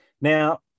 Now